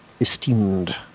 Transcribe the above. esteemed